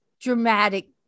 dramatic